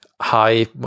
high